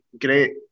great